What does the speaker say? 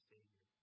Savior